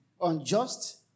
unjust